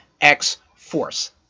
X-Force